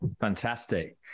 Fantastic